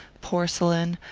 porcelain,